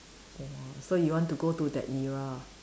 !wah! so you want to go to that era ah